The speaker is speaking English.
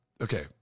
okay